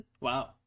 wow